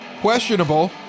Questionable